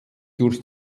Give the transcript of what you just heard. durch